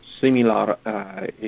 similar